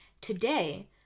today